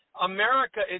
America